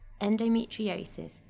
Endometriosis